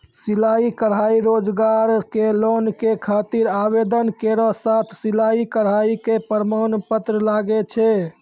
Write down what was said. सिलाई कढ़ाई रोजगार के लोन के खातिर आवेदन केरो साथ सिलाई कढ़ाई के प्रमाण पत्र लागै छै?